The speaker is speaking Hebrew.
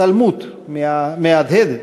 ועל-פי רוב זוכה להתעלמות מהדהדת,